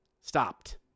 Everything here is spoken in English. Stopped